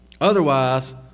Otherwise